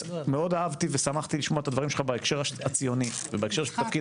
ושמחתי לשמוע את הדברים שלך בהקשר הציוני ובהקשר של תפקיד